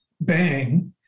bang